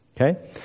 Okay